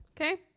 Okay